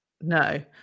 No